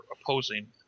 opposing